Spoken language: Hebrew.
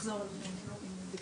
נחזור עם תשובה.